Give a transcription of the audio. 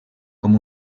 com